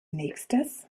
nächstes